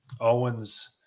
Owens